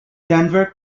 denver